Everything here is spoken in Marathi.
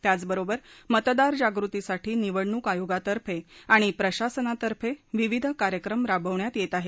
त्याचबरोबर मतदार जागृतीसाठी निवडणूक आयोगातर्फे आणि प्रशासनातर्फे विविध कार्यक्रम राबवण्यात येत आहेत